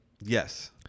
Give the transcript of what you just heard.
Yes